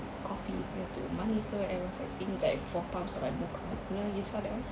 coffee punya tu manis !oi! and I was like seeing like four pumps of like mocha you know you saw that [one]